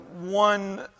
one